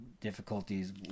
difficulties